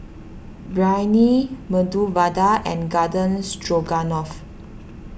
Biryani Medu Vada and Garden Stroganoff